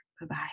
Bye-bye